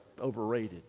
overrated